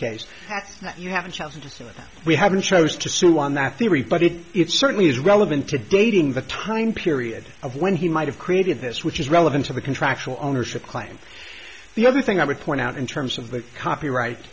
case that you have chosen to say we haven't chose to sue on that theory but it it certainly is relevant to dating the time period of when he might have created this which is relevant to the contractual ownership claim the other thing i would point out in terms of the copyright